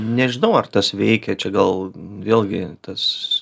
nežinau ar tas veikia čia gal vėlgi tas